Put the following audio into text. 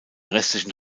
restlichen